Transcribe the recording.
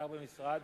שר במשרד?